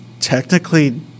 technically